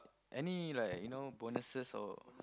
any like you know bonuses or